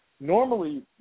Normally